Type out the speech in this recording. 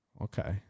Okay